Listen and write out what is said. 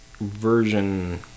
version